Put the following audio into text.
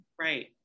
Right